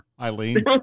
Eileen